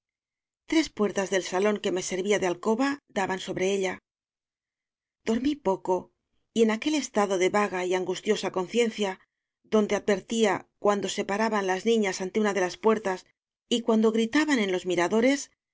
tres puertas del salón que me servía de al coba daban sobre ella dormí poco y en aquel estado de vaga y angustiosa conciencia donde advertía cuándo se paraban las niñas ante una de las puertas y cuándo gritaban biblioteca nacional de españa en los miradores